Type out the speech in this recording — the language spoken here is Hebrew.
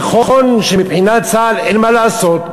נכון שמבחינת צה"ל אין מה לעשות,